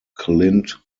clint